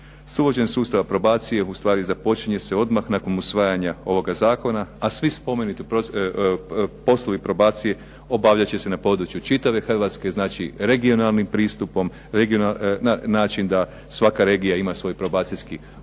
S uvođenjem sustava probacije počinje se odmah nakon usvajanja ovoga Zakona, a svi spomenuti poslovi probacije obavljat će se na području čitave Hrvatske, regionalnim pristupom, da svaka regija ima svoj probacijski ured,